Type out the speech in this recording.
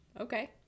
okay